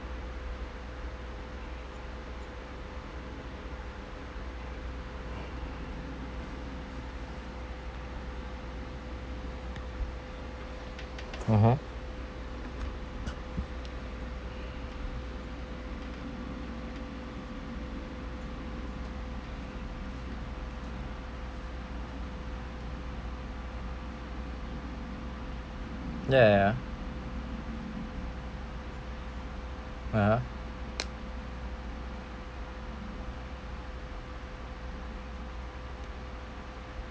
(uh huh) ya ya (uh huh)